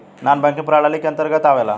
नानॅ banking प्रणाली के अंतर्गत आवेला